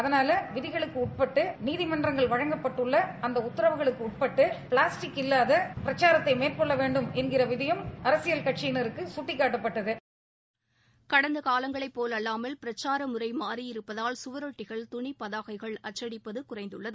அதனால் விதிகளுக்கு உட்பட்டு நீதிமன்றங்களில் வழங்கப்பட்டுள்ள அந்த உத்தாவுகளுக்கு உட்பட்டு பிளாஸ்டிக் இல்லாத பிரச்சாரத்தை மேற்கொள்ள வேண்டும் என்கிற விதியும் அரசியல் கட்சியினருக்கு கட்டிக்காட்டப்பட்டுள்ளதப கடந்த காலங்களைப் போல் அல்லாமல் பிரச்சார முறை மாறியிருப்பதால் சுவரொட்டிகள் துணி பதாகைகள் அச்சடிப்பது குறைந்துள்ளது